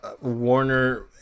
Warner